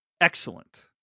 excellent